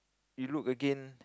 you look again